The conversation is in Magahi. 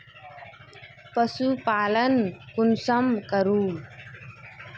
पशुपालन कुंसम करूम?